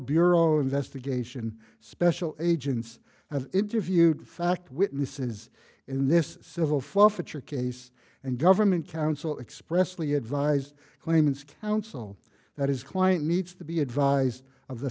bureau of investigation special agents interviewed fact witnesses in this civil forfeiture case and government counsel expressly advised claimants counsel that his client needs to be advised of the